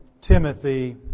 Timothy